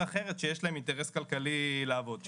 אחרת שיש להם אינטרס כלכלי לעבוד שם.